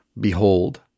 behold